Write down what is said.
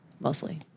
mostly